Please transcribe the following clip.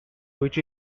which